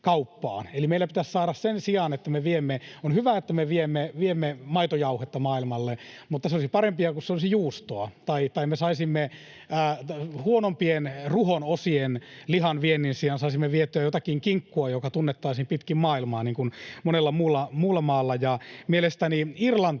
eli meillä pitäisi saada, sen sijaan, että me viemme... On hyvä, että me viemme maitojauhetta maailmalle, mutta olisi parempi, kun se olisi juustoa tai kun me saisimme huonompien ruhonosien lihan viennin sijaan vietyä jotakin kinkkua, joka tunnettaisiin pitkin maailmaa, niin kuin monella muulla maalla on. Ja mielestäni Irlanti